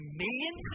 million